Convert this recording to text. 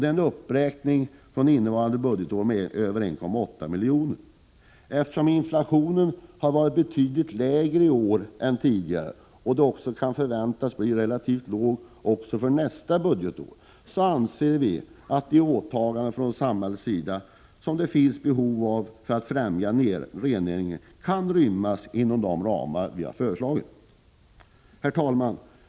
Det är en uppräkning jämfört med innevarande budgetår med över 1,8 milj.kr. Eftersom inflationen har varit betydligt lägre i år än tidigare och kan förväntas bli relativt låg även för nästa budgetår anser vi att det åtagande från samhällets sida som det finns behov av för att främja rennäringen kan rymmas inom de ramar vi har föreslagit. Herr talman!